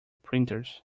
printers